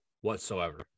whatsoever